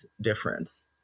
difference